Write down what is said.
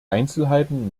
einzelheiten